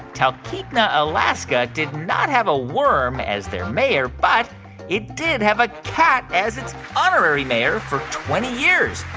talkeetna, alaska, did not have a worm as their mayor, but it did have a cat as its honorary mayor for twenty years.